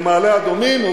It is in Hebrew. במעלה-אדומים או